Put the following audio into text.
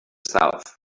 south